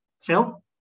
Phil